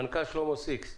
מנכ"ל שלמה סיקסט.